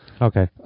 Okay